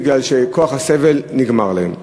מפני שכוח הסבל נגמר להם.